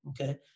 Okay